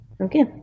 Okay